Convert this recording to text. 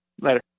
Later